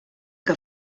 que